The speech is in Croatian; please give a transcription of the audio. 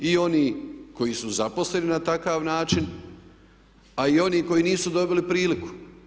I oni koji su zaposleni na takav način, a i oni koji nisu dobili priliku?